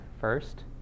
first